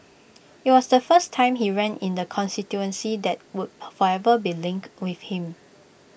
IT was the first time he ran in the constituency that would forever be linked with him